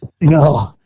No